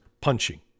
punching